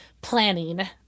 planning